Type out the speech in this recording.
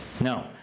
No